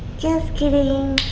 just kidding.